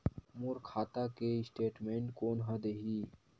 मोर खाता के स्टेटमेंट कोन ह देही?